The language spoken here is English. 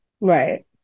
Right